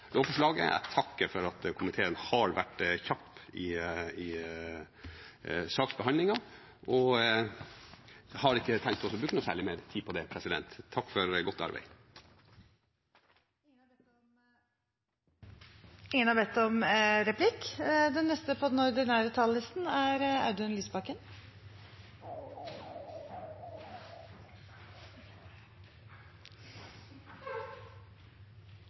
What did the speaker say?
lovforslaget. Jeg takker for at komiteen har vært kjapp i saksbehandlingen. Så har jeg ikke tenkt å bruke noe særlig mer tid på det. Takk for godt arbeid. SV foreslår å si nei til det midlertidige lovforslaget som er lagt fram fra regjeringen. Det er